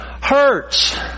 hurts